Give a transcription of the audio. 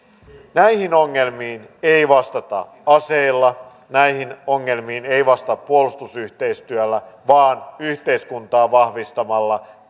näihin ongelmiin ei vastata aseilla näihin ongelmiin ei vastata puolustusyhteistyöllä vaan yhteiskuntaa vahvistamalla